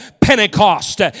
Pentecost